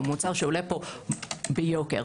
שעולה פה ביוקר,